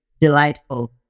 delightful